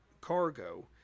cargo